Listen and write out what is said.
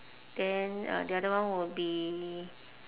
then uh the other one would be